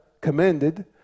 commanded